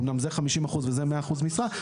אמנם זה 50 אחוז וזה 100 אחוז משרה,